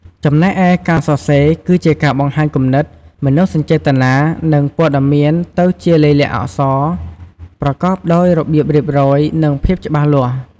ចំណែកឯ ការសរសេរ គឺជាការបង្ហាញគំនិត មនោសញ្ចេតនា និងព័ត៌មានទៅជាលាយលក្ខណ៍អក្សរប្រកបដោយរបៀបរៀបរយ និងភាពច្បាស់លាស់។